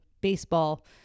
baseball